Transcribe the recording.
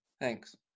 Thanks